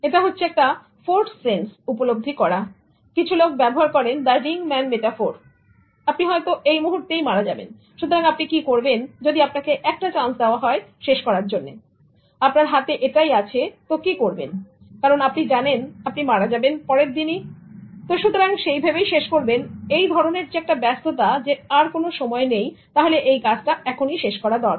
এটা হচ্ছে একটা ফোর্স সেন্স উপলব্ধি করা কিছু লোক ব্যবহার করেন দ্যা রিং ম্যান মেটাফোর আপনি হয়তো এই মুহূর্তেই মারা যাবেন সুতরাং আপনি কি করবেন যদি আপনাকে একটা চান্স দেওয়া হয় শেষ করার জন্য আপনার হাতে এটাই আছে তো কি করবেন কারণ আপনি জানেন আপনি মারা যাবেন পরের দিনই সুতরাং শেষ করবেন এটা এই ধরনের ব্যস্ততা যে কোনো সময় আর নেই তাহলে এই কাজটা শেষ হয়ে যাবে